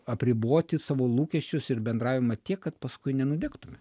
apriboti savo lūkesčius ir bendravimą tiek kad paskui nenudegtume